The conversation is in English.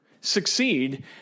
succeed